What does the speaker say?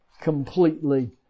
completely